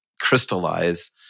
crystallize